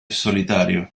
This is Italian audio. solitario